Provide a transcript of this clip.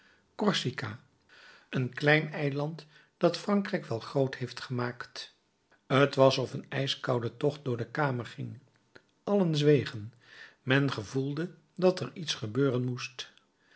corsica een klein eiland dat frankrijk wel groot heeft gemaakt t was of een ijskoude tocht door de kamer ging allen zwegen men gevoelde dat er iets gebeuren moest